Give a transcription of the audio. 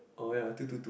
oh ya two two two